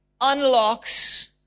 unlocks